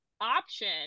option